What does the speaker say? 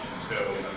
so